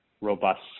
robust